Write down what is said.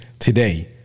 Today